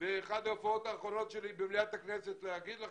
באחת ההופעות האחרונות שלי במליאת הכנסת ניסיתי להגיד לחברים: